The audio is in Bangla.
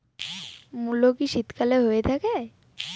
মূলো কি শীতকালে হয়ে থাকে?